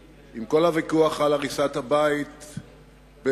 עם כל הוויכוח על הריסת הבית בשיח'-ג'ראח,